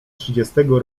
trzydziestego